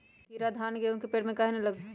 कीरा धान, गेहूं के पेड़ में काहे न लगे?